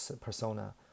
persona